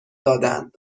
دادند